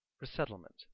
Resettlement